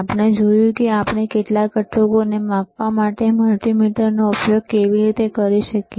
આપણે જોયું કે આપણે કેટલાંક ઘટકોને માપવા માટે મલ્ટિમીટરનો ઉપયોગ કેવી રીતે કરી શકીએ